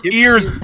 ears